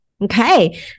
Okay